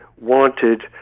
wanted